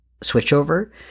switchover